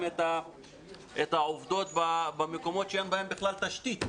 את העובדות במקומות שאין בהם בכלל תשתית.